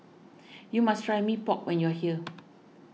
you must try Mee Pok when you are here